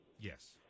Yes